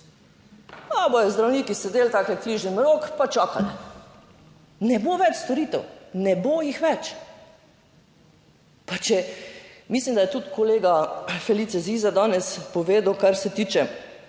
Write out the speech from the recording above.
Pa bodo zdravniki sedeli tako križem rok pa čakali. Ne bo več storitev, ne bo jih več. Pa če, mislim, da je tudi kolega Felice Ziza danes povedal, Kar se tiče